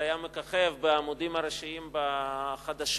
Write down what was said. זה היה מככב בעמודים הראשיים בחדשות,